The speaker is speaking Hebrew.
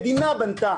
המדינה בנתה